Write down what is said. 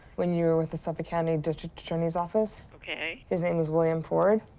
when you were with the suffolk county district attorney's office. ok. his name was william ford.